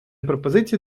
пропозиції